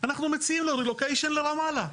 אנחנו מציעים לו רילוקיישן לרמאללה.